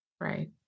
Right